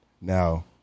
Now